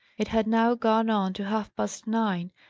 it had now gone on to half-past nine,